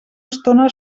estona